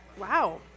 Wow